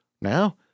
Now